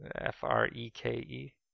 F-R-E-K-E